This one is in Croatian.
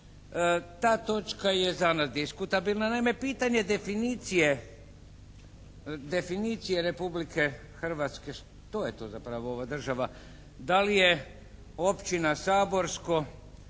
Ta točka je za nas diskutabilna. Naime, pitanje definicije Republike Hrvatske što je to zapravo ova država? Da li je općina saborsko